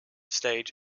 stage